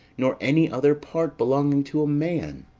nor any other part belonging to a man.